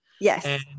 Yes